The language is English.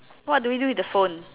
what do you do with the phone